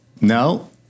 no